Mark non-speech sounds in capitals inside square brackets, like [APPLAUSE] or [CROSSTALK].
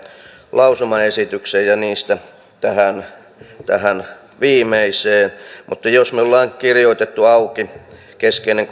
lausumaesitykseen ja niistä tähän tähän viimeiseen mutta jos me olemme kirjoittaneet auki keskeisen [UNINTELLIGIBLE]